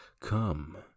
come